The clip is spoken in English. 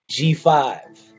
G5